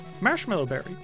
Marshmallowberry